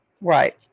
Right